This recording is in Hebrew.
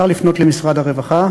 אפשר לפנות אל משרד הרווחה